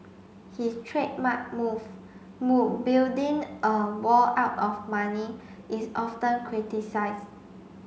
his trademark move move building a wall out of money is often criticised